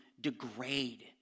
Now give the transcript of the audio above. degrade